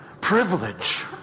privilege